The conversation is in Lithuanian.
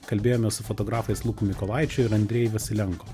kalbėjomės su fotografais luku mykolaičiu ir andrej vasilenko